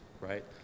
right